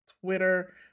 twitter